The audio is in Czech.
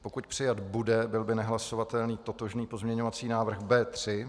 Pokud přijat bude, byl by nehlasovatelný totožný pozměňovací návrh B3.